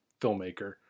filmmaker